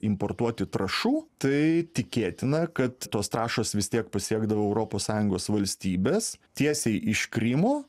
importuoti trąšų tai tikėtina kad tos trąšos vis tiek pasiekdavo europos sąjungos valstybes tiesiai iš krymo